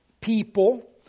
people